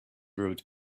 route